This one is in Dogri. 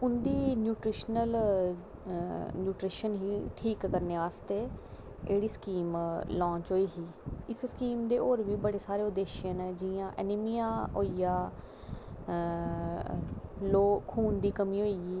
उंदी न्शयूट्रीशनल न्यूट्रशन ही ठीक करने बास्तै एह्ड़ी स्कीम लांच होई ही इस स्कीम दे होर बी बड़े सारे उद्देश्य न जियां एनिमिया होई गेआ खून दी कमी होई